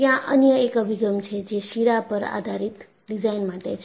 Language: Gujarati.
ત્યાં અન્ય એક અભિગમ છે જે શીરા પર આધારિત ડિઝાઇન માટે છે